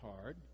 hard